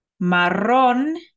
Marrón